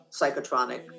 psychotronic